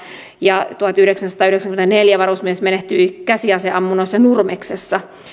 ja tuhatyhdeksänsataayhdeksänkymmentäneljä varusmies menehtyi käsiaseammunnoissa nurmeksessa